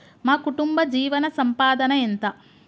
మా కుటుంబ జీవన సంపాదన ఎంత?